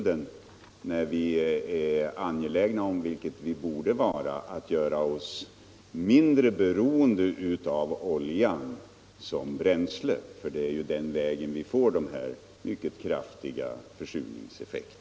Det är angeläget att göra oss mindre beroende av oljan såsom bränsle, eftersom vi via förbränning av olja och andra fossila bränslen får dessa kraftiga försurningseffekter.